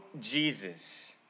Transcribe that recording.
Jesus